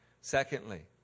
Secondly